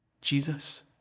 Jesus